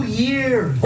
years